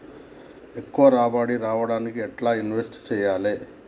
ఎక్కువ రాబడి రావడానికి ఎండ్ల ఇన్వెస్ట్ చేయాలే?